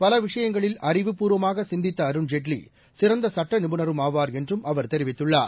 பலவிஷயங்களில் அறிவுப்பூர்வமாகசிந்தித்தஅருண்ஜேட்லி சிறந்தசுட்டநிபுணரும் ஆவார் என்றும் அவர் தெரிவித்துள்ளார்